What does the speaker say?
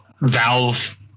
Valve